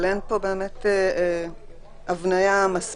אבל אין פה באמת הבניה מספקת.